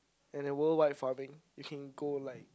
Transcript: and a world wide farming you can go like